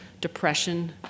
Depression